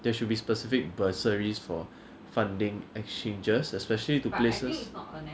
there should be specific bursaries for funding exchanges especially to places ya but